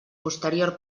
posterior